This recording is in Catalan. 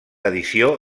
edició